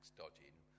dodging